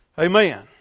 Amen